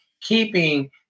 keeping